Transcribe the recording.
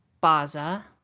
Baza